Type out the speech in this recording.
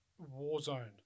Warzone